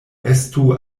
estu